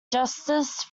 justice